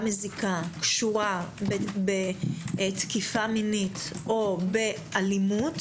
מזיקה קשורה בתקיפה מינית או באלימות,